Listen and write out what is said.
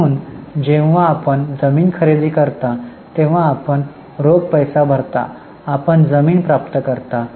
म्हणून जेव्हा आपण जमीन खरेदी करता तेव्हा आपण रोख पैसे भरता आपण जमीन प्राप्त करता